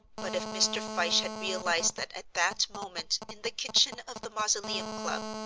but if mr. fyshe had realized that at that moment, in the kitchen of the mausoleum club,